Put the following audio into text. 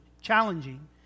challenging